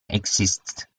existed